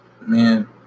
Man